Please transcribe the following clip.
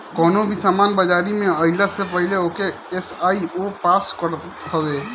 कवनो भी सामान बाजारी में आइला से पहिले ओके आई.एस.ओ पास करत हवे